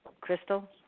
Crystal